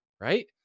right